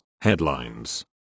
Headlines